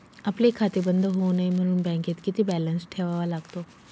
आपले खाते बंद होऊ नये म्हणून बँकेत किती बॅलन्स ठेवावा लागतो?